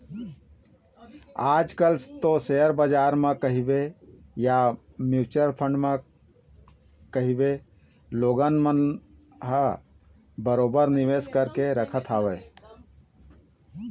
आज कल तो सेयर बजार ल कहिबे या म्युचुअल फंड म कहिबे लोगन मन ह बरोबर निवेश करके रखत हवय